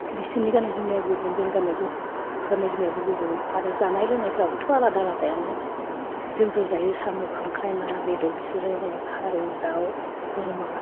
बिसोरनि गाननाय जोमनाया गुबुन जोंनि गाननाया गुबुन गाननाय जोमनायाबो गुबुन आरो जानाय लोंनायफोराबोथ' आलादा आलादायानो जोंफोर जायो साम' खांख्राइ ना बेदर बिसोर जायो मालाय फारौ दाउ बोरमा